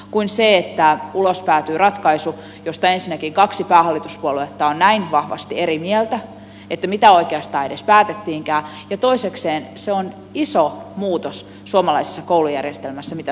sen sijaan ensinnäkin ulos päätyy ratkaisu jossa kaksi päähallituspuoluetta on näin vahvasti eri mieltä siitä mitä oikeastaan edes päätettiinkään ja toisekseen on iso muutos suomalaisessa koulujärjestelmässä se mitä sosialidemokraatit ajavat